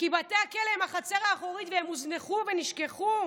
כי בתי הכלא הם החצר האחורית, והם הוזנחו ונשכחו.